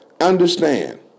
Understand